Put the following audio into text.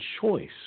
choice